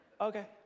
Okay